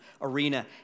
arena